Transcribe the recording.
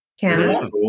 Canada